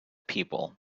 people